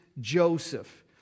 Joseph